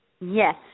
Yes